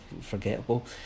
forgettable